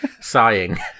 sighing